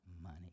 money